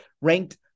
ranked